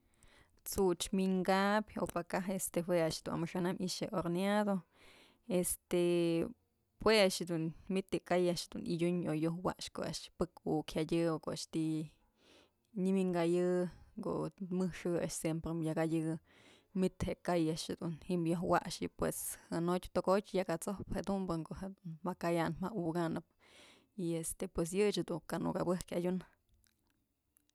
T'such wi'inkabyë o pë kaj este jue a'ax dun amaxa'an am i'ixë horneado este jue a'ax jedun, myt yë ka'ay a'ax dun yëdyun o yajwaxë ko'o a'ax pëk uk jyadyë o ko'o a'ax nyëwi'inkayë ko'o mëj xë a'ax siemprëm yë jadyë myt je'e ka'ay a'ax jedun ji'im jadun yaj waxyë pues jënotyë tokotyë yak at'sop jedunbë ko'o jedun ja'a kayanëp ja'a ukanëp y este pues yëch dun kë nuk abëjkyë adyun.